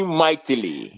mightily